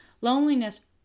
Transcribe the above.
loneliness